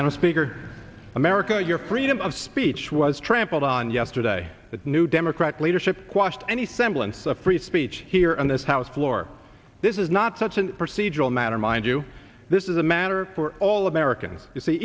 and a speaker america your freedom of speech was trampled on yesterday that new democrat leadership quashed any semblance of free speech here on this house floor this is not such a procedural matter mind you this is a matter for all americans to see